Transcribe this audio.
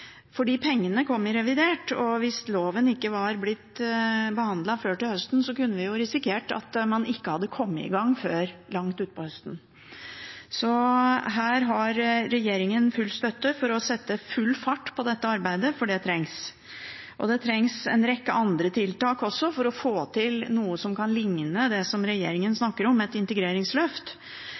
Pengene ville komme i revidert, og hvis loven ikke ble behandlet før til høsten, kunne vi risikert at man ikke hadde kommet i gang før langt utpå høsten. Regjeringen har full støtte til å sette full fart på dette arbeidet, for det trengs. Det trengs også en rekke andre tiltak for å få til noe som kan ligne på det regjeringen snakker om – et integreringsløft.